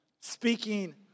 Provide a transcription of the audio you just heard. Speaking